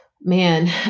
Man